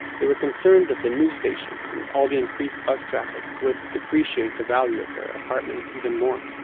they were concerned that the new station and all the increased bus traffic would depreciate the value of their apartments even more,